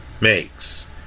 makes